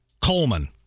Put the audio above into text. Coleman